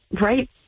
Right